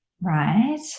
right